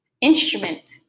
instrument